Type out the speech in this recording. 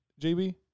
JB